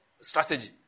strategy